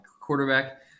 quarterback